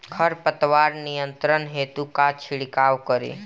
खर पतवार नियंत्रण हेतु का छिड़काव करी?